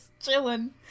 chilling